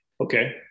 Okay